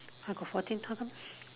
I got fourteen how come